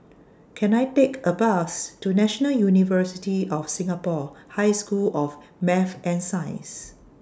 Can I Take A Bus to National University of Singapore High School of Math and Science